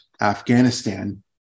Afghanistan